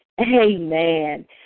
Amen